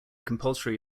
compulsory